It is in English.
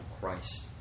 Christ